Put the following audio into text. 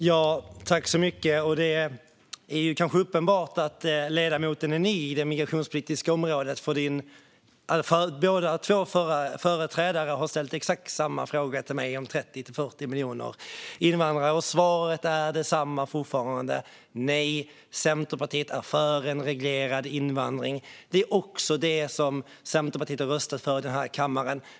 Fru talman! Det är uppenbart att ledamoten är ny på det migrationspolitiska området. Båda hans två företrädare har ställt exakt samma fråga till mig om 30-40 miljoner invandrare, och svaret är fortfarande detsamma: Nej, Centerpartiet är för en reglerad invandring. Det är också det som Centerpartiet har röstat för i denna kammare.